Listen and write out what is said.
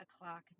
o'clock